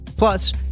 Plus